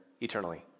eternally